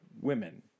women